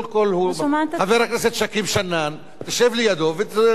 חבר הכנסת שכיב שנאן, תשב לידו ותתלחש אתו.